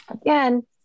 Again